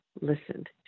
listened